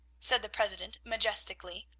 said the president majestically.